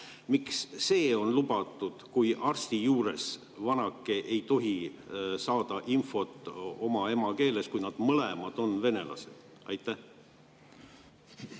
miks see on lubatud, kui arsti juures vanake ei tohi saada infot oma emakeeles, kui nad mõlemad on venelased. Ma